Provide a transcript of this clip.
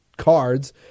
cards